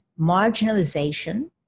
marginalization